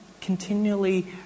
continually